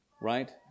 Right